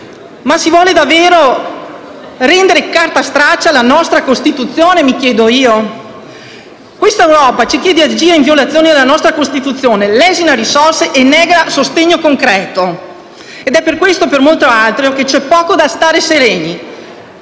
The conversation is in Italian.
Si vuole davvero rendere carta straccia la nostra Costituzione, mi chiedo io? Questa Europa ci chiede di agire in violazione della nostra Costituzione, lesina risorse e nega sostegno concreto. È per questo e molto altro che c'è poco da stare sereni.